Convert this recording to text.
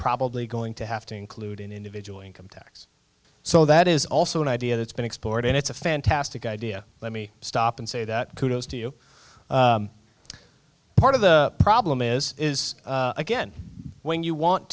probably going to have to include an individual income tax so that is also an idea that's been explored and it's a fantastic idea let me stop and say that kudos to you part of the problem is is again when you want